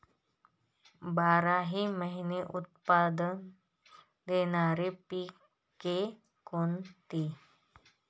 बाराही महिने उत्त्पन्न देणारी पिके कोणती?